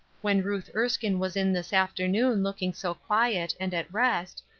when ruth erskine was in this afternoon, looking so quiet, and at rest,